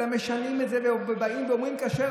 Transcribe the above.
אלא משנים את זה ובאים ואומרים: כשר,